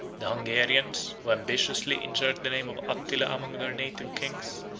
the hungarians, who ambitiously insert the name of attila among their native kings,